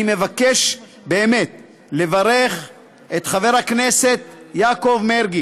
אני מבקש באמת לברך את חבר הכנסת יעקב מרגי